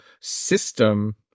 system